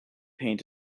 paint